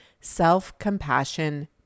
Self-Compassion